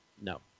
no